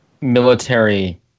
military